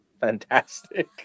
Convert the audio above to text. fantastic